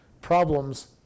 problems